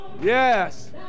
Yes